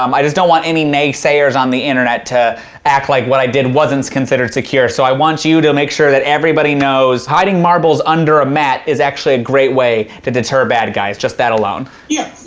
um i just don't want any naysayers on the internet to act like what i did wasn't considered secure. so, i want you to make sure everybody knows hiding marbles under a mat is actually a great way to deter bad guys, just that alone. yeah, yeah,